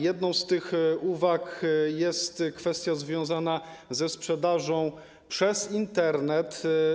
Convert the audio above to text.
Jedną z nich jest kwestia związana ze sprzedażą przez Internet.